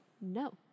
no